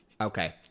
Okay